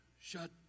Shut